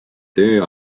töö